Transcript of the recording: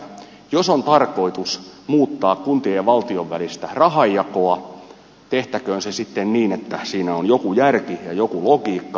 jos on tarkoitus muuttaa kuntien ja valtion välistä rahanjakoa tehtäköön se sitten niin että siinä on joku järki ja joku logiikka